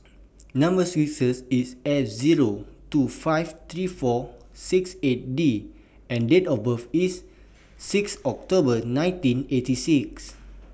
Number sequence IS S Zero two five three four six eight D and Date of birth IS six October nineteen eighty six